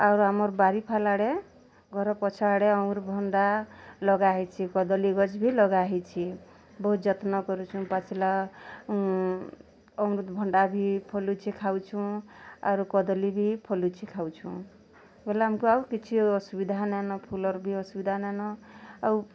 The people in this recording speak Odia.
ଆଉର୍ ଆମର୍ ବାରି ଫାଲ୍ ଆଡ଼େ ଘରର୍ ପଛ୍ ଆଡ଼େ ଅମୃତ୍ ଭଣ୍ଡା ଲଗାହେଇଛି କଦଲୀ ଗଛ୍ ବି ଲଗାହେଇଛି ବହୁତ୍ ଯତ୍ନ କରୁଛୁଁ ପାଚିଲା ଅମୃତ୍ ଭଣ୍ଡା ବି ଫଲୁଛେଁ ଖାଉଛୁଁ ଆରୁ କଦଲୀ ବି ଫଲୁଛି ଖାଉଛୁଁ ବେଲେ ଆମକୁ ଆଉ କିଛି ଅସୁବିଧା ନାଇ ନ ଫୁଲର୍ ବି ଅସୁବିଧା ନାଇ ନ ଆଉ